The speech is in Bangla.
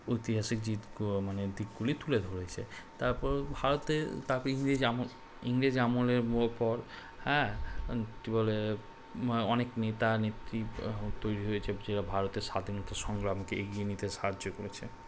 ঐতিহাসিক দিক মানে দিকগুলি তুলে ধরেছে তারপর ভারতে তারপর ইংরেজ আমল ইংরেজ আমলের পর হ্যাঁ কী বলে অনেক নেতা নেত্রী তৈরি হয়েছে যারা ভারতের স্বাধীনতা সংগ্রামকে এগিয়ে নিতে সাহায্য করেছে